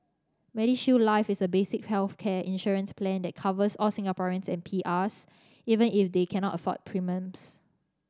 MediShield Life is a basic healthcare insurance plan that covers all Singaporeans and PRs even if they cannot afford premiums